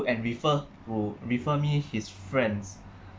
and refer who refer me his friends